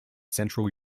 central